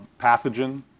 pathogen